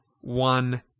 one